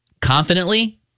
confidently